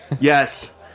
Yes